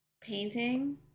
painting